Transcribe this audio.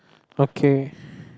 okay